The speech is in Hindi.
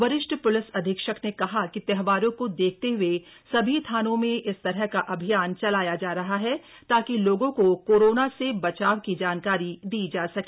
वरिष्ठ प्लिस अधीक्षक ने कहा कि त्योहारों को देखते हए सभी थानों में इस तरह का अभियान चलाया जा रहा है ताकि लोगों को कोरोना से बचाव की जानकारी दी जा सके